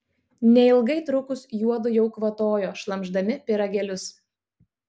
neilgai trukus juodu jau kvatojo šlamšdami pyragėlius